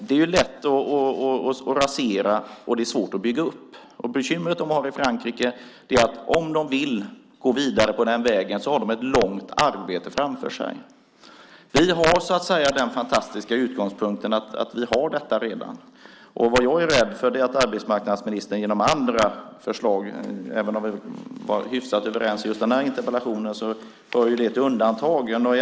Det är lätt att rasera, och det är svårt att bygga upp. Bekymret de har i Frankrike är att de, om de vill gå vidare på den vägen, har ett långt arbete framför sig. Vi har den fantastiska utgångspunkten att vi redan har detta. Vad jag är rädd för är vad arbetsmarknadsministern gör genom andra förslag. Vi är hyfsat överens just i den här interpellationsdebatten, men det hör till undantagen.